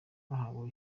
bahawe